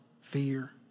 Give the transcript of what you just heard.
fear